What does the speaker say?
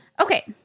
Okay